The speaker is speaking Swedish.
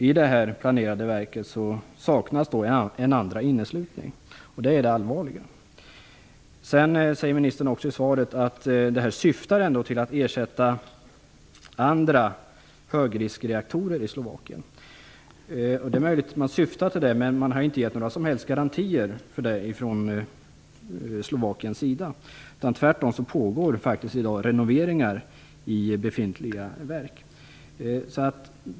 I det planerade verket saknas en andra inneslutning. Det är det allvarliga. Ministern säger också i svaret att detta syftar till att ersätta andra högriskreaktorer i Slovakien. Det är möjligt att man syftar till det, men man har inte gett några som helst garantier för det från Slovakiens sida. Tvärtom pågår i dag renoveringar i befintliga verk.